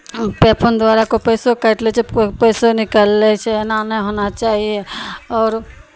पे phone द्वारा कोइ पैसो काटि लै छै पैसो निकालि लै छै एना नहि होना चाही आओर